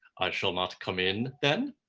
i shall not come in then?